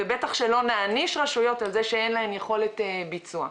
ובטח שלא נעניש רשויות על זה שאין להן יכולת ביצוע.